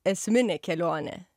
esminė kelionė